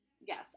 Yes